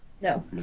No